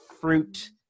fruit